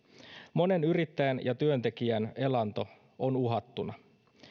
monen yrittäjän ja työntekijän elanto on uhattuna